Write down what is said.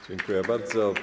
Dziękuję bardzo.